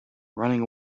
running